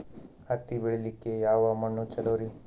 ಹತ್ತಿ ಬೆಳಿಲಿಕ್ಕೆ ಯಾವ ಮಣ್ಣು ಚಲೋರಿ?